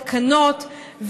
תקנות,